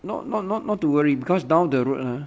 not not not not to worry because down the road uh